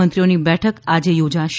મંત્રીઓની બેઠક આજે યોજાશે